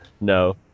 no